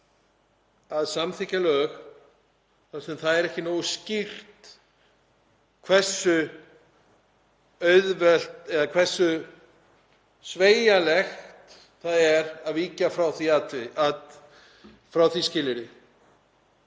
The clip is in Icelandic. að samþykkja lög þar sem það er ekki nógu skýrt hversu auðvelt eða hversu sveigjanlegt það er að víkja frá því skilyrði.